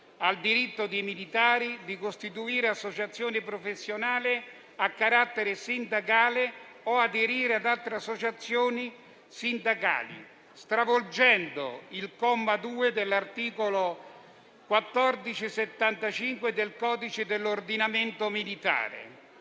il diritto dei militari di costituire associazioni professionali a carattere sindacale o di aderire ad altre associazioni sindacali, stravolgendo il comma 2 dell'articolo 1475 del codice dell'ordinamento militare,